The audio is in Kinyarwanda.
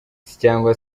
cyangwa